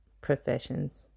professions